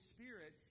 Spirit